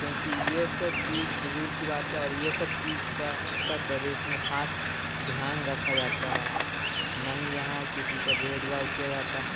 کیونکہ یہ سب چیز فضول کی باتیں اور یہ سب چیز کا اترپردیش میں خاص دھیان رکھا جاتا ہے نہ ہی یہاں کسی کا بھید بھاؤ کیا جاتا ہے